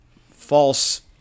false